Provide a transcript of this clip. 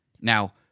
Now